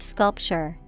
Sculpture